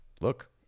look